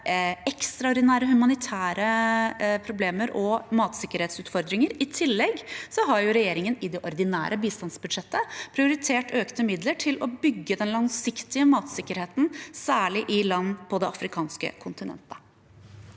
ekstraordinære humanitære problemer og matsikkerhetsutfordringer. I tillegg har regjeringen i det ordinære bistandsbudsjettet prioritert økte midler til å bygge den langsiktige matsikkerheten, særlig i land på det afrikanske kontinentet.